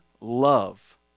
love